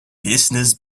business